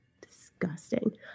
disgusting